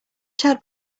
chad